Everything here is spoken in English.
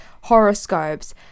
horoscopes